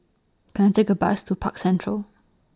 Can I Take A Bus to Park Central